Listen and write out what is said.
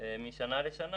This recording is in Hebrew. משנה לשנה